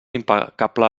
impecable